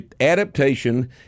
Adaptation